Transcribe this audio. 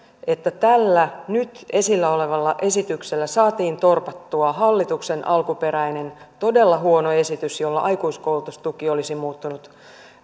että tällä nyt esillä olevalla esityksellä saatiin torpattua hallituksen alkuperäinen todella huono esitys jolla aikuiskoulutustuki olisi muuttunut